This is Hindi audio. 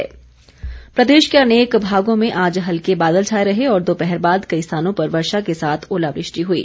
मौसम प्रदेश के अनेक भागों में आज हल्के बाद छाए रहे और दोपहर बाद कई स्थानों पर वर्षा के साथ ओलावृष्टि हुई